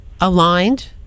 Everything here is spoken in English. aligned